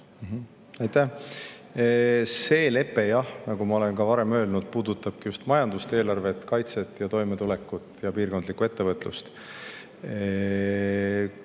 See lepe, jah, nagu ma olen ka varem öelnud, puudutab just majandust, eelarvet, kaitset, toimetulekut ja piirkondlikku ettevõtlust.